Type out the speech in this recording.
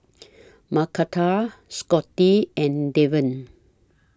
Macarthur Scotty and Deven